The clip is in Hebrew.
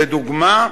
לדוגמה,